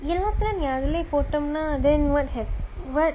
எல்லாத்துல நீ அதுலயே போட்டம்னா:ellathula nii athulayee potamna then what happened~ what